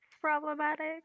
problematic